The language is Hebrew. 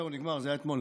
זהו, נגמר, זה היה אתמול.